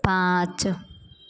पाँच